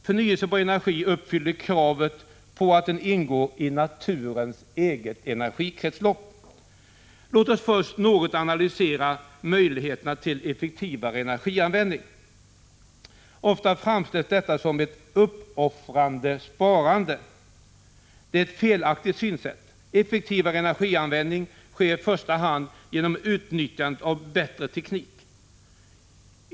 Förnyelsebar energi innebär att den uppfyller kravet att den skall ingå i naturens eget energikretslopp. Låt oss till att börja med något analysera möjligheterna till effektivare energianvändning. Ofta framställs detta som ett uppoffrande sparande. Det är ett felaktigt synsätt. Effektivare energianvändning sker i första hand genom utnyttjande av bättre teknik.